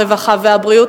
הרווחה והבריאות,